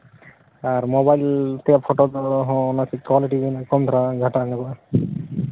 ᱟᱨ mobile ᱛᱮᱭᱟᱜ photo ᱫᱚ ᱦᱚᱸ ᱚᱱᱟ ᱦᱚᱸ ᱠᱳᱣᱟᱞᱤᱴᱤ ᱠᱚᱢ ᱧᱚᱜᱚᱜᱼᱟ ᱜᱷᱟᱴᱟ ᱧᱚᱜᱚᱜᱼᱟ